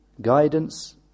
guidance